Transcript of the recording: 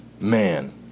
Man